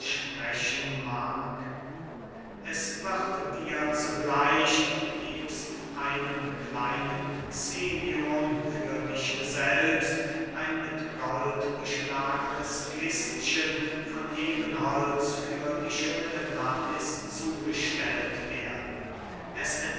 aussprechen mag es wird dir zugleich nebst einem kleinen xenion für dich selbst ein mit gold beschlagenes kistchen von ebenholz für die schöne lais zugestellt werden